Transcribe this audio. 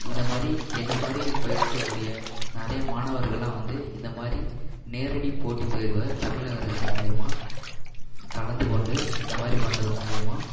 இதைமாதிரி என்னை மாதிரி நிறையா மாணவர்களாம் வந்து இந்தமாதிரி நேரடி போட்டி தேர்வை தமிழக அரசு மூலிமா கலந்து கொண்டு இந்தமாதிரி பண்ணுறது மூலிமா